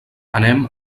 anem